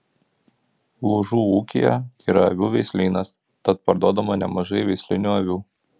lūžų ūkyje yra avių veislynas tad parduodama nemažai veislinių avių